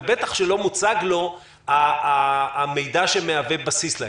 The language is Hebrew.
ובטח שלא מוצג לו המידע שמהווה בסיס להן.